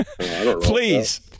Please